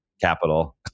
capital